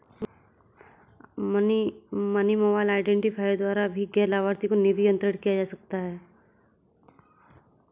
money mobile identifier द्वारा भी गैर लाभार्थी को निधि अंतरण किया जा सकता है